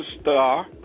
Star